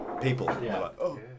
people